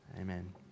Amen